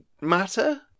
matter